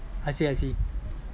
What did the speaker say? I see I see